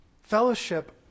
fellowship